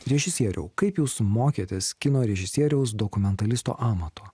režisieriau kaip jūs mokėtės kino režisieriaus dokumentalisto amato